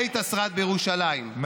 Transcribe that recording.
בית השרד בירושלים,